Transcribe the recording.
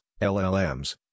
LLMs